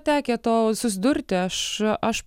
tekę to susidurti aš aš